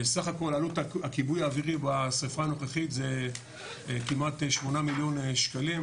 סך הכל עלות הכיבוי האווירי בשריפה הנוכחית זה כמעט 8 מיליון שקלים,